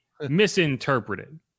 misinterpreted